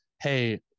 Hey